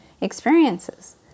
experiences